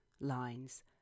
lines